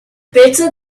better